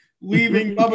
leaving